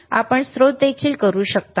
आपण स्त्रोत देखील करू शकता